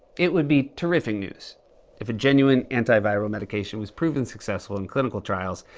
it would be terrific news if a genuine antiviral medication was proven successful in clinical trials,